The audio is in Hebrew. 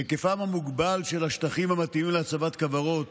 היקפם המוגבל של השטחים המתאימים להצבת כוורות,